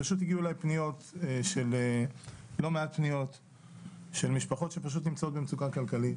פשוט הגיעו אליי לא מעט פניות של משפחות שפשוט נמצאות במצוקה כלכלית,